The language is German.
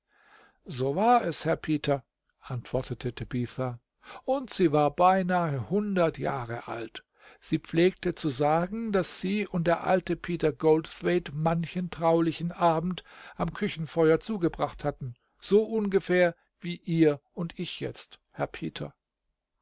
so war es herr peter antwortete tabitha und sie war beinahe hundert jahre alt sie pflegte zu sagen daß sie und der alte peter goldthwaite manchen traulichen abend am küchenfeuer zugebracht hatten so ungefähr wie ihr und ich jetzt herr peter